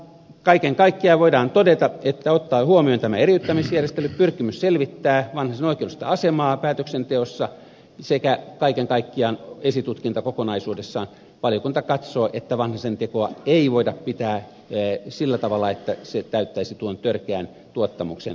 kaiken kaikkiaan voidaan todeta että ottaen huomioon tämä eriyttämisjärjestely pyrkimys selvittää vanhasen oikeudellista asemaa päätöksenteossa sekä esitutkinta kokonaisuudessaan valiokunta katsoo että vanhasen tekoa ei voida pitää sellaisena että se täyttäisi tuon törkeän tuottamuksen tunnusmerkistön